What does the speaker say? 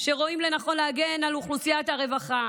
שרואים לנכון להגן על אוכלוסיית הרווחה,